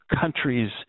countries